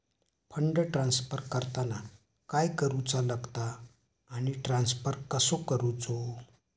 Fund transfer करताना काय करुचा लगता आनी ट्रान्स्फर कसो करूचो?